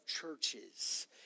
churches